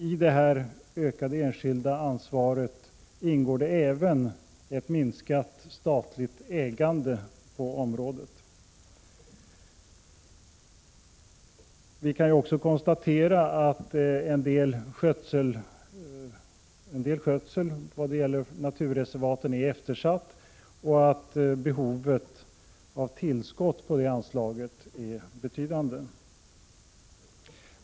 I detta ökade enskilda ansvar ingår även ett minskat statligt ägande på området. Vi kan också konstatera att viss skötsel i naturreservaten är eftersatt och att behovet av tillskott på det anslaget är betydande.